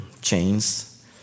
chains